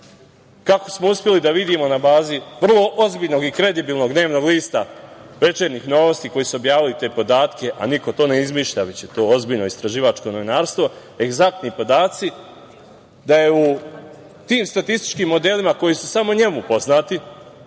smo uspeli da vidimo na bazi vrlo ozbiljnog i kredibilnog dnevnog lista „Večernjih novosti“, koji su objavili te podatke, a niko to ne izmišlja, već je to ozbiljno istraživačko novinarstvo, egzaktni podaci, da je u tim statističkim modelima koji su samo njemu poznati,